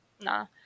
Nah